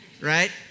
right